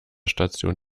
station